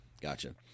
gotcha